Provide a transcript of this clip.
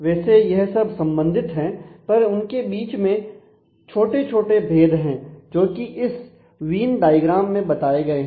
वैसे यह सब संबंधित है पर उनके बीच में छोटे छोटे भेद हैं जोकि इस विन डायग्राम मैं बताए गए हैं